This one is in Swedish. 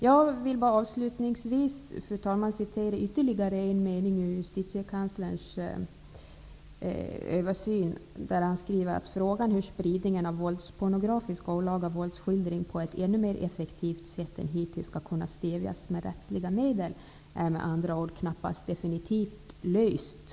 Jag vill, fru talman, avslutningsvis referera ytterligare en mening ur Justitiekanslerns översyn: Frågan hur spridningen av våldspornografisk olaga våldsskildring på ett ännu mer effektivt sätt än hittills skall kunna stävjas med rättsliga medel är med andra ord knappast definitivt löst.